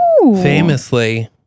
famously